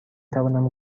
توانم